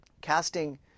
casting